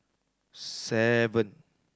seven